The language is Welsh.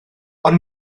ond